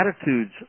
attitudes